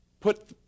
put